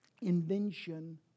invention